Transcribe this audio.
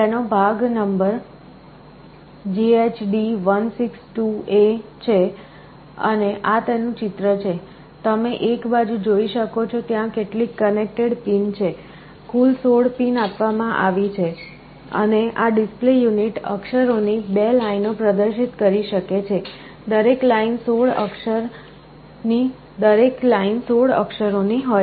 તેનો ભાગ નંબર JHD162A છે અને આ તેનું ચિત્ર છે તમે એક બાજુ જોઈ શકો છો ત્યાં કેટલીક કનેક્ટર પિન છે કુલ 16 પિન આપવામાં આવી છે અને આ ડિસ્પ્લે યુનિટ અક્ષરોની 2 લાઇનો પ્રદર્શિત કરી શકે છે દરેક 16 લાઇન અક્ષરોની હોય છે